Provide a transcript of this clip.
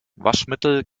waschmittel